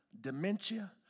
dementia